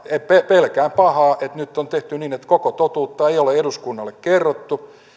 pelkään pahaa että nyt on tehty niin että koko totuutta ei ole eduskunnalle kerrottu